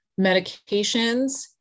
medications